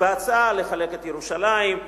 בהצעה לחלק את ירושלים,